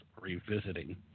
revisiting